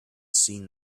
seen